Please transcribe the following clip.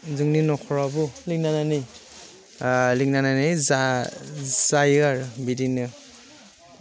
जोंनि नख'रावबो लिंलायनानै लिंलायनानै जा जायो आरो बिदिनो